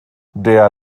der